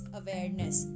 awareness